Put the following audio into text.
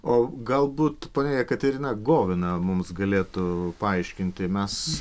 o galbūt ponia jekaterina govina mums galėtų paaiškinti mes